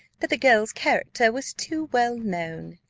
that the girl's character was too well known.